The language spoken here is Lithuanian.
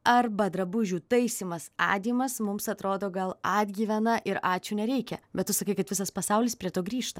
arba drabužių taisymas adymas mums atrodo gal atgyvena ir ačiū nereikia bet tu sakai kad visas pasaulis prie to grįžta